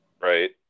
Right